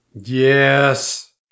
Yes